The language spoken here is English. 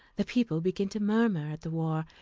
the people begin to murmur at the war,